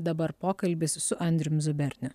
dabar pokalbis su andrium zuberniu